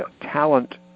talent